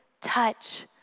touch